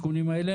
מה הרציונל?